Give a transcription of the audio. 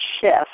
shift